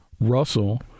Russell